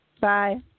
Bye